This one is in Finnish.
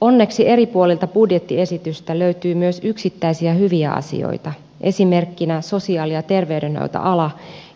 onneksi eri puolilta budjettiesitystä löytyy myös yksittäisiä hyviä asioita esimerkkinä sosiaali ja terveydenhoitoala